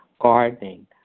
gardening